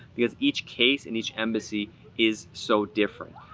because each case and each embassy is so different.